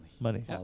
Money